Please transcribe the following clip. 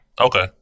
okay